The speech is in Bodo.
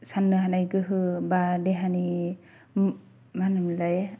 सान्नो हानाय गोहो बा देहानि मा होनोमोनलाय